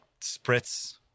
spritz